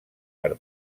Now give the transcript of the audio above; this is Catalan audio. per